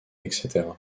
etc